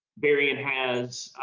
varian has